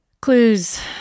Clues